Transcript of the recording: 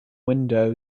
window